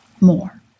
more